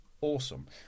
awesome